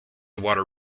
water